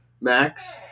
Max